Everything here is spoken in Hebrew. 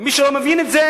ומי שלא מבין את זה,